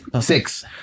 Six